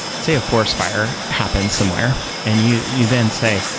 say a forest fire happens somewhere and you you then say,